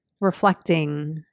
reflecting